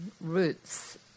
roots